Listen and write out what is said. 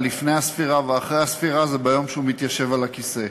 לפני הספירה ואחרי הספירה זה ביום שהוא מתיישב על הכיסא.